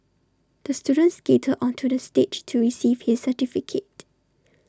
the student skated onto the stage to receive his certificate